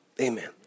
amen